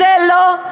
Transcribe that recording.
זה לא,